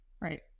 Right